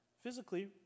physically